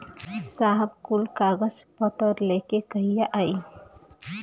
साहब कुल कागज पतर लेके कहिया आई?